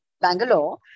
bangalore